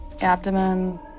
abdomen